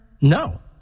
No